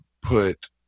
put